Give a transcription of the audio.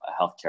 healthcare